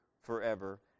forever